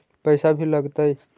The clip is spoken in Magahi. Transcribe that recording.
पैसा भी लगतय?